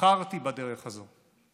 בחרתי בדרך הזאת.